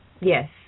Yes